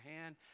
hand